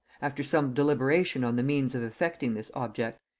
after some deliberation on the means of effecting this object,